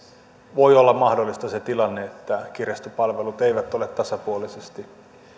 voi olla mahdollista se tilanne että kirjastopalvelut eivät ole tasapuolisesti